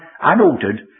unaltered